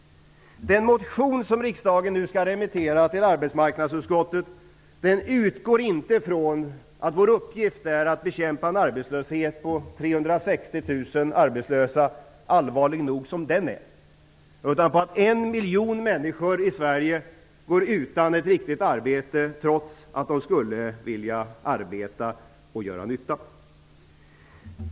Den motion som riksdagen nu skall remittera till arbetsmarknadsutskottet utgår inte ifrån att vår uppgift är att bekämpa en arbetslöshet på 360 000 arbetslösa, allvarlig nog som den är, utan att 1 miljon människor går utan ett riktigt arbete trots att de skulle vilja arbeta och göra nytta.